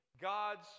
god's